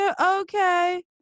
Okay